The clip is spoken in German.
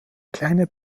kleine